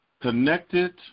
connected